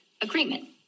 agreement